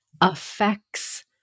affects